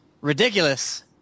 ridiculous